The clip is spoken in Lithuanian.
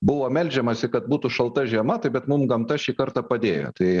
buvo meldžiamasi kad būtų šalta žiema tai bet mum gamta šį kartą padėjo tai